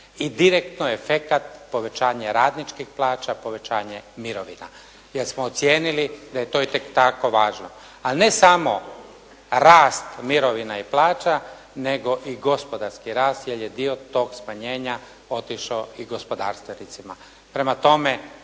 i direktno je efekat povećanje radničkih plaća, povećanje mirovina jer smo ocijenili da je to itekako važno. A ne samo rast mirovina i plaća nego i gospodarski rast jer je dio tog smanjenja otišao i gospodarstvenicima,